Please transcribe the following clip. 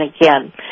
again